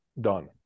Done